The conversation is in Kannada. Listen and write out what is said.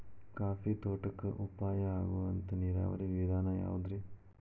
ಕಾಫಿ ತೋಟಕ್ಕ ಉಪಾಯ ಆಗುವಂತ ನೇರಾವರಿ ವಿಧಾನ ಯಾವುದ್ರೇ?